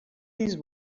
these